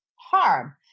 harm